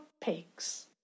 pigs